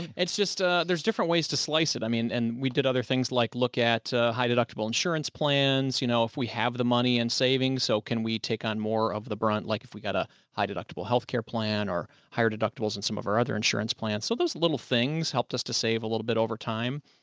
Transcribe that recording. it's just a, there's different ways to slice it. i mean, and we did other things like look at a high deductible insurance plans, you know, if we have the money and savings, so can we take on more of the brunt, like if we got a high deductible healthcare plan or higher deductibles and some of our other insurance plans. so those little things helped us to save a little bit over time.